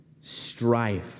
strife